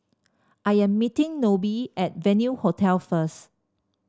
I am meeting Nobie at Venue Hotel first